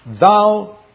thou